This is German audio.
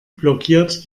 blockiert